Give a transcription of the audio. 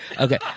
Okay